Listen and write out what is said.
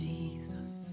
Jesus